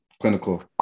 Clinical